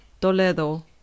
Toledo